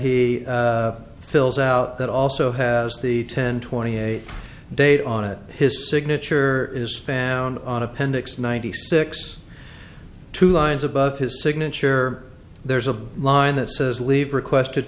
he fills out that also has the ten twenty eight date on it his signature is found on appendix ninety six two lines above his signature there's a line that says leave requested